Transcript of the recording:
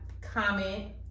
comment